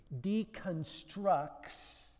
deconstructs